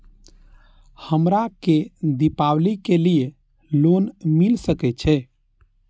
हमरा के दीपावली के लीऐ लोन मिल सके छे?